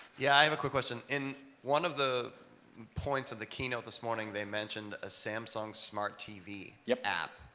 yeah i have a quick question. in one of the points of the keynote this morning they mentioned a samsung smart tv yeah app.